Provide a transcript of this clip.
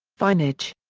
vinage.